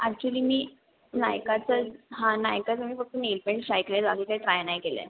actually मी नायकाचं हां नायकाचं मी फक्त नेलपेंट ट्राय केले आहेत बाकी काय ट्राय नाही केलं आहे